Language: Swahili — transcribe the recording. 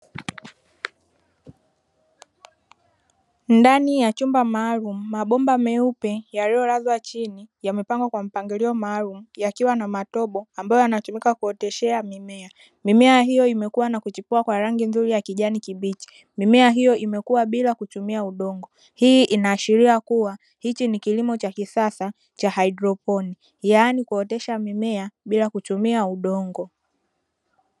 Ndani ya chumba maalumu, mabomba meupe yaliyolazwa chini yamepangwa kwa mpangilio maalumu yakiwa na matobo ambayo yanatumika kuoteshea mimea. Mimea hiyo imekua na kuchipua kwa rangi nzuri ya kijani kibichi. Mimea hiyo imekua bila kutumia udongo. Hii inaashiria kuwa hichi ni kilimo cha kisasa cha haidroponi, yaani kuotesha mimea bila kutumia udongo.